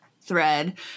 thread